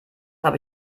habe